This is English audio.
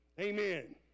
amen